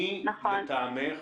מי, לטעמך,